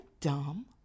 dumb